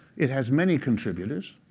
it has many contributors,